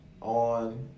on